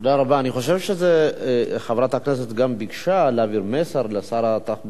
אני חושב שחברת הכנסת גם ביקשה להעביר מסר לשר התחבורה,